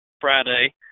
Friday